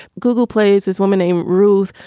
google plays this woman named ruth,